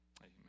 Amen